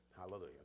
Hallelujah